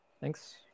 Thanks